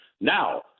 Now